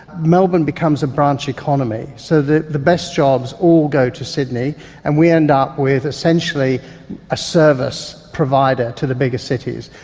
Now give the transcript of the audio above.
melbourne becomes a branch economy. so the the best jobs all go to sydney and we end up with essentially a service provider to the bigger cities,